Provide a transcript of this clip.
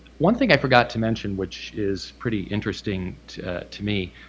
one thing i forgot to mention, which is pretty interesting to to me,